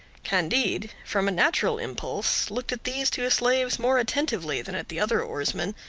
candide, from a natural impulse, looked at these two slaves more attentively than at the other oarsmen,